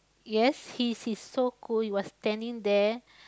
yes he's he's so cool he was standing there